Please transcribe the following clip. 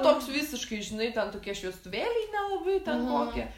toks visiškai žinai ten tokie šviestuvėliai nelabai ten kokie